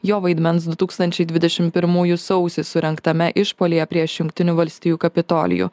jo vaidmens du tūkstančiai dvidešimt pirmųjų sausį surengtame išpuolyje prieš jungtinių valstijų kapitolijų